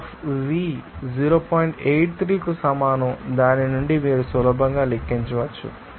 83 కు సమానం దాని నుండి మీరు సులభంగా లెక్కించవచ్చు